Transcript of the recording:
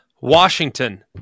Washington